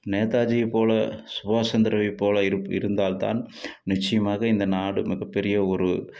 நேதாஜியை போல சுபாஷ் சந்திரரை போல இருப் இருந்தால்தான் நிச்சயமாக இந்த நாடு மிகப்பெரிய ஒரு